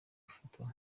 gufatwa